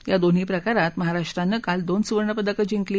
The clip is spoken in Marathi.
या दोन्ही प्रकारात महाराष्ट्रानं काल दोन सुवर्णपदकं जिंकली